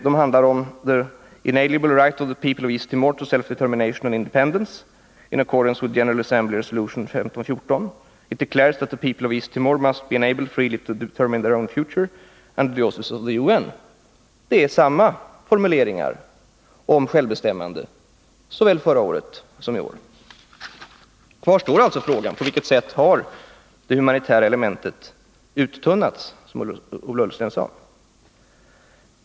Det handlar om: Det är samma formuleringar om självbestämmandet såväl förra året som i år. Kvar står alltså frågan på vilket sätt det humanitära elementet uttunnats, som Ola Ullsten sade.